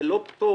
זה לא פטור.